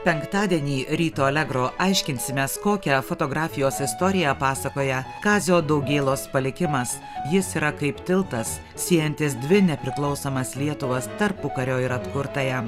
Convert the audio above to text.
penktadienį ryto allegro aiškinsimės kokią fotografijos istoriją pasakoja kazio daugėlos palikimas jis yra kaip tiltas siejantis dvi nepriklausomas lietuvos tarpukario ir atkurtąją